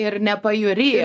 ir nepajūry